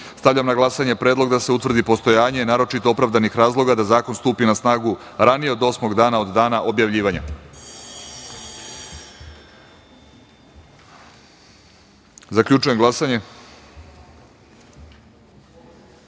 na glasanje predlog da se utvrdi postojanje naročito opravdanih razloga da zakon stupi na snagu ranije od osmog dana od dana objavljivanja. Zaključujem